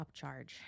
upcharge